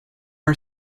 our